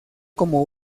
como